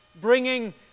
bringing